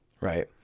right